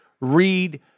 read